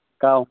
का